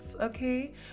okay